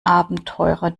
abenteurer